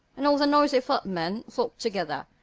and all their noisy footmen, flocked together,